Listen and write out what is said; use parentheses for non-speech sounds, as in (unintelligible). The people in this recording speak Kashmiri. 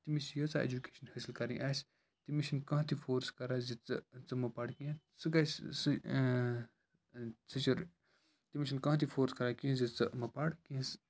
تٔمِس چھِ ییٖژاہ اٮ۪جُکیشَن حٲصِل کَرٕنۍ آسہِ تٔمِس چھِنہٕ کانٛہہ تہِ فورس کَران زِ ژٕ ژٕ مہٕ پَر کیٚنٛہہ سُہ گژھِ سُہ (unintelligible) تٔمِس چھِنہٕ کانٛہہ تہِ فورس کَران کینٛہہ زِ ژٕ مہ پَر کیٚنٛہہ